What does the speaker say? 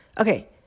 Okay